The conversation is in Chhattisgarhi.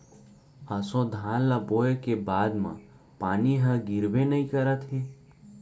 ऑसो धान ल बोए के बाद म पानी ह गिरबे नइ करत हे